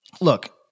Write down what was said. look